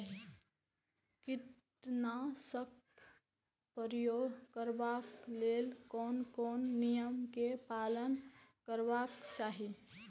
कीटनाशक क प्रयोग करबाक लेल कोन कोन नियम के पालन करबाक चाही?